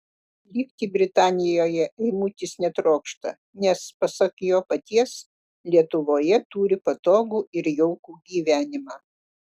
likti britanijoje eimutis netrokšta nes pasak jo paties lietuvoje turi patogų ir jaukų gyvenimą